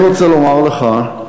אני רוצה לומר לך,